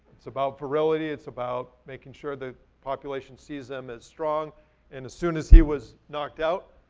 it's about virility, it's about making sure the population sees them as strong and as soon as he was knocked out,